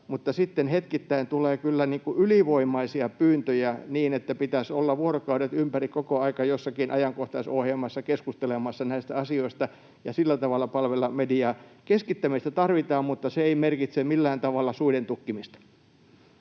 hetkittäin tulee kyllä ylivoimaisia pyyntöjä, niin että pitäisi olla vuorokaudet ympäri koko ajan jossakin ajankohtaisohjelmassa keskustelemassa näistä asioista ja sillä tavalla palvella mediaa. Keskittämistä tarvitaan, mutta se ei merkitse millään tavalla